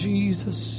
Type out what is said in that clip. Jesus